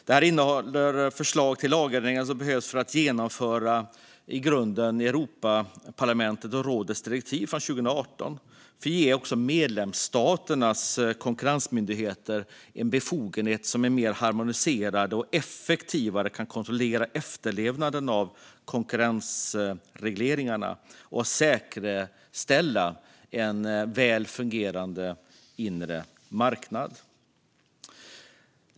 Detta innehåller förslag till lagändringar som behövs för att genomföra det som i grunden är Europaparlamentets och rådets direktiv från 2018. Det ger medlemsstaternas konkurrensmyndigheter befogenheter som är mer harmoniserade och gör att de effektivare kan kontrollera efterlevnaden av konkurrensregleringarna samt säkerställa en väl fungerande inre marknad.